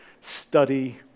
study